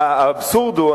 האבסורד הוא,